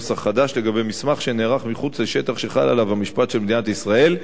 לגבי מסמך שנערך מחוץ לשטח שחל עליו המשפט של מדינת ישראל,